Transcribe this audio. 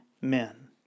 men